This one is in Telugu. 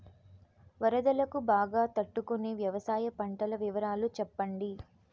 వరదలకు బాగా తట్టు కొనే వ్యవసాయ పంటల వివరాలు చెప్పండి?